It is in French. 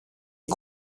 est